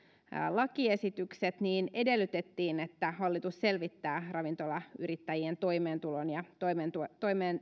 lakiesitykset edellytettiin että hallitus selvittää ravintolayrittäjien toimeentulon ja